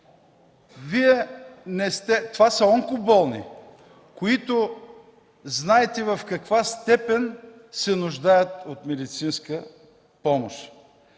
Вие сте отговорен. Това са онкоболни, за които знаете в каква степен се нуждаят от медицинска помощ.